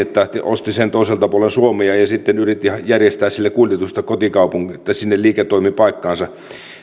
kohtuullisen painavaa esinettä osti sen toiselta puolen suomea ja ja sitten yritti järjestää sille kuljetusta sinne liiketoimipaikkaansa